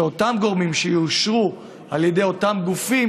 שאותם גורמים שיאושרו על ידי אותם גופים